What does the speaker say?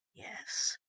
yes.